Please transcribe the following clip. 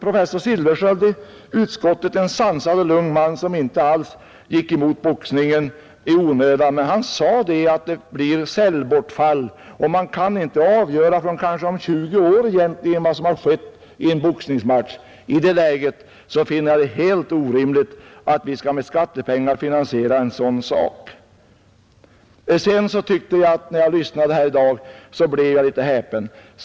Professor Silfverskiöld, en sansad och lugn man som inte alls gick emot boxningen i onödan, sade i utskottet att det blev cellbortfall och att man inte förrän kanske om 20 år kunde avgöra vad som egentligen har skett i en boxningsmatch. I det läget finner jag det helt orimligt att vi med skattepengar skall finansiera en sådan sak. När jag lyssnade till debatten här i dag blev jag litet häpen.